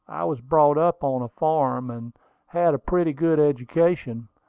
i was brought up on a farm, and had a pretty good education.